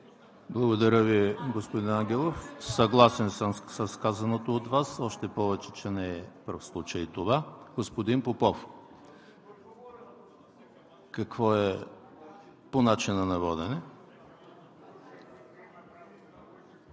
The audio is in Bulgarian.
Благодаря Ви, господин Ангелов. Съгласен съм с казаното от Вас, още повече че не е пръв случай това. Господин Попов – по начина на водене.